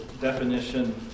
definition